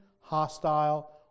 hostile